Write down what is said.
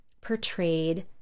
portrayed